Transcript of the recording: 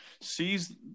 sees